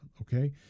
Okay